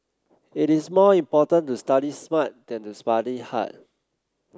it is more important to study smart than to study hard